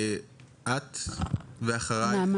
נעמה